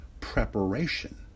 preparation